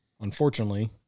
unfortunately